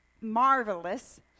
marvelous